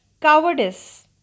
cowardice